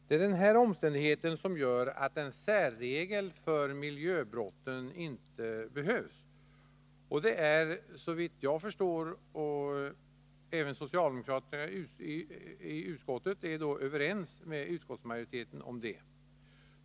Det är denna omständighet som gör att en särregel för miljöbrotten inte behövs, och om detta är såvitt jag förstår även socialdemokraterna i utskottet överens med utskottsmajoriteten.